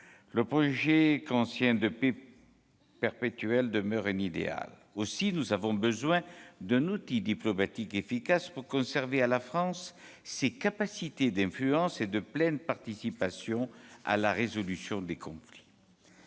le projet kantien de paix perpétuelle demeure un idéal. Aussi, nous avons besoin d'un outil diplomatique efficace pour conserver à la France ses capacités d'influence et de pleine participation à la résolution des conflits.